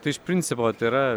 tai iš principo tai yra